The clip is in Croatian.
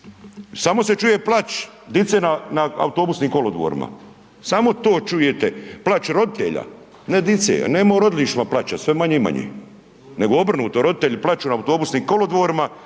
samo se čuje plač dice na, na autobusnim kolodvorima, samo to čujete, plač roditelja, ne dice, nema u rodilištima plača, sve manje i manje, nego obrnuto roditelji plaču na autobusnim kolodvorima